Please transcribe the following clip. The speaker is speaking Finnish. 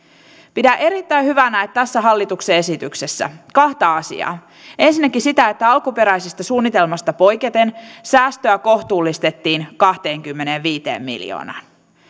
pidän erittäin hyvänä tässä hallituksen esityksessä kahta asiaa ensinnäkin sitä että alkuperäisestä suunnitelmasta poiketen säästöä kohtuullistettiin kahteenkymmeneenviiteen miljoonaan